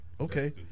okay